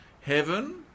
heaven